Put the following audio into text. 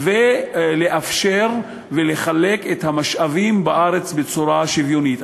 ולחלק את המשאבים בארץ בצורה שוויונית.